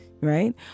Right